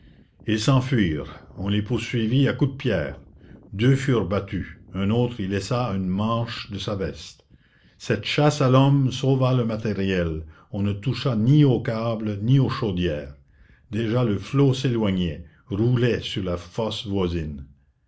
ils s'enfuirent on les poursuivit à coups de pierres deux furent battus un autre y laissa une manche de sa veste cette chasse à l'homme sauva le matériel on ne toucha ni aux câbles ni aux chaudières déjà le flot s'éloignait roulait sur la fosse voisine